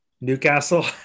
Newcastle